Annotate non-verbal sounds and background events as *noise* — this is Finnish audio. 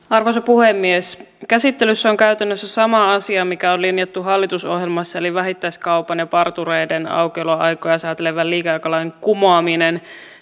*unintelligible* arvoisa puhemies käsittelyssä on käytännössä sama asia mikä on linjattu hallitusohjelmassa eli vähittäiskaupan ja partureiden aukioloaikoja säätelevän liikeaikalain kumoaminen